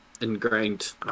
ingrained